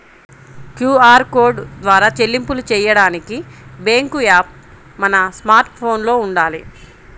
QR code ద్వారా చెల్లింపులు చెయ్యడానికి బ్యేంకు యాప్ మన స్మార్ట్ ఫోన్లో వుండాలి